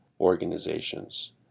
organizations